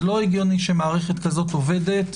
זה לא הגיוני שמערכת כזאת עובדת